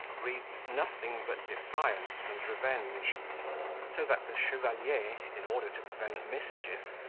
breathed nothing but defiance and revenge so that the chevalier, in order to prevent mischief,